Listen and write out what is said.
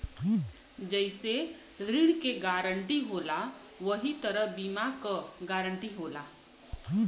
जइसे ऋण के गारंटी होला वही तरह बीमा क गारंटी होला